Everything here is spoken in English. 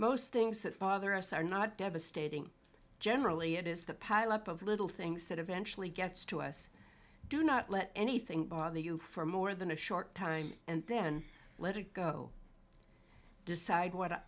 most things that bother us are not devastating generally it is the palette of little things that eventually gets to us do not let anything bother you for more than a short time and then let it go decide what